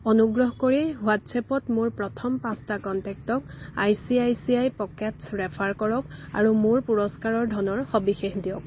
অনুগ্ৰহ কৰি হোৱাট্ছএপত মোৰ প্ৰথম পাঁচটা কণ্টেক্টক I C I C I pockets refer কৰক আৰু মোৰ পুৰস্কাৰৰ ধনৰ সবিশেষ দিয়ক